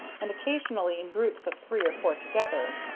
and occasionally in groups of three or four together.